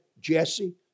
Jesse